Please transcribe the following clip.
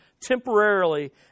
temporarily